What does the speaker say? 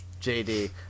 JD